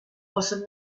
was